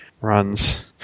runs